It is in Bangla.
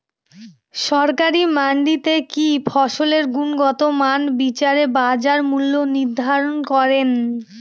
সরকারি মান্ডিতে কি ফসলের গুনগতমান বিচারে বাজার মূল্য নির্ধারণ করেন?